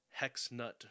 hexnut